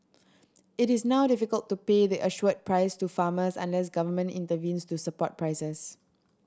it is now difficult to pay the assured price to farmers unless government intervenes to support prices